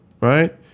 right